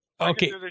Okay